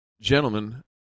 gentlemen